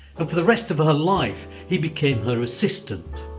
um for the rest of her life he became her assistant,